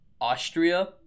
Austria